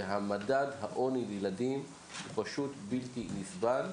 ומדד העוני בילדים פשוט בלתי נסבל.